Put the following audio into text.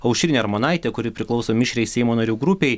aušrinę armonaitę kuri priklauso mišriai seimo narių grupei